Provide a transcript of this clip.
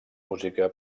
música